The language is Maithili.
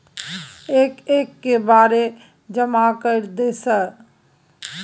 एक एक के बारे जमा कर दे सर?